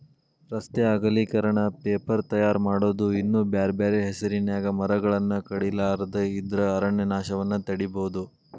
ರಸ್ತೆ ಅಗಲೇಕರಣ, ಪೇಪರ್ ತಯಾರ್ ಮಾಡೋದು ಇನ್ನೂ ಬ್ಯಾರ್ಬ್ಯಾರೇ ಹೆಸರಿನ್ಯಾಗ ಮರಗಳನ್ನ ಕಡಿಲಾರದ ಇದ್ರ ಅರಣ್ಯನಾಶವನ್ನ ತಡೇಬೋದು